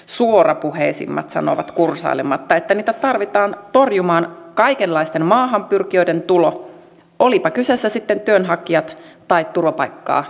suorapuheisimmat sanovat kursailematta että niitä tarvitaan torjumaan kaikenlaisten maahanpyrkijöiden tulo olivatpa kyseessä sitten työnhakijat tai turvapaikkaa etsivät